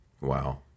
Wow